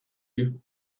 you